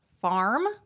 farm